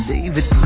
David